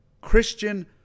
Christian